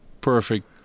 perfect